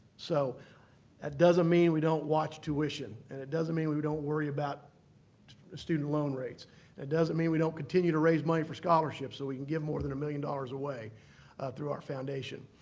so that doesn't mean we don't watch tuition and it doesn't mean we we don't worry about student loan rates and it doesn't mean we don't continue to raise money for scholarships so we can give more than a million dollars away through our foundation.